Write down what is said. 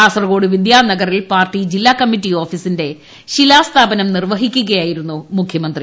കാസർകോട് വിദ്യാനഗറിൽ പാർട്ടി ജില്ലാ കമ്മിറ്റി ഓഫീസിന്റെ ശിലാസ്ഥാപനം നിർവഹിക്കുകയായിരുന്നു മുഖ്യമന്ത്രി